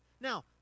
Now